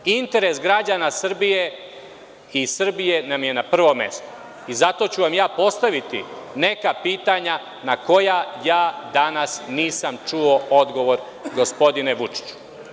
Interes građana Srbije i Srbije nam je na prvom mestu i zato ću vam postaviti neka pitanja na koja ja danas nisam čuo odgovor, gospodine Vučiću.